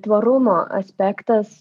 tvarumo aspektas